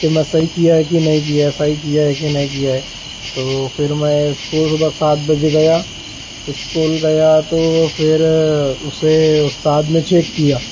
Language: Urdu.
کہ میں صحیح کیا ہے کہ نہیں کیا صحیح کیا ہے کہ نہیں کیا ہے تو پھر میں اس کو صبح سات بجے گیا اسکول گیا تو پھر اسے استاد نے چیک کیا